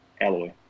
alloy